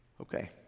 Okay